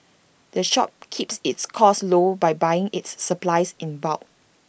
the shop keeps its costs low by buying its supplies in bulk